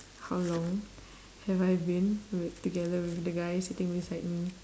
how long have I been wi~ together with the guy sitting beside me